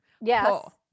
Yes